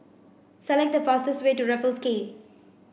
select the fastest way to Raffles Quay